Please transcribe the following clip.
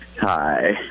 Hi